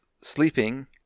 sleeping